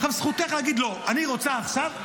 עכשיו, זכותך להגיד: לא, אני רוצה עכשיו.